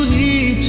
e